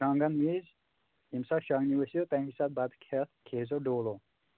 شۄنٛگَن وِز ییٚمہِ ساتہٕ شۄنٛگنہِ ؤسِو تَمے ساتہٕ بَتہٕ کھٮ۪تھ کھیزیو ڈولو